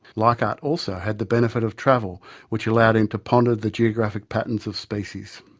leichhardt also had the benefit of travel which allowed him to ponder the geographic patterns of species.